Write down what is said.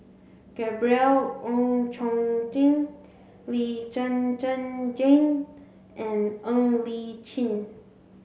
Gabriel Oon Chong Jin Lee Zhen Zhen Jane and Ng Li Chin